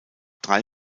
drei